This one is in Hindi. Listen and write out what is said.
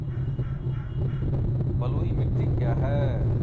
बलुई मिट्टी क्या है?